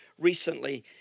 recently